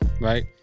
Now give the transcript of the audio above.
right